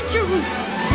Jerusalem